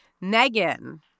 Megan